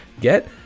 Get